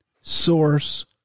source